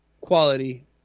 quality